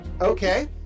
Okay